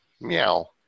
meow